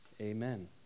Amen